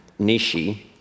Nishi